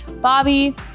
Bobby